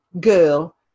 girl